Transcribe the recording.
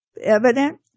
evident